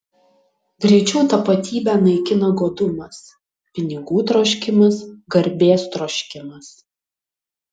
greičiau tapatybę naikina godumas pinigų troškimas garbės troškimas